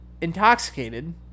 intoxicated